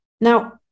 Now